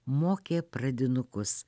mokė pradinukus